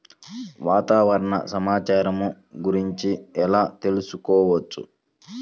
వాతావరణ సమాచారము గురించి ఎలా తెలుకుసుకోవచ్చు?